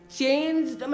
changed